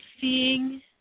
seeing